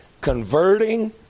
Converting